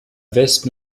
west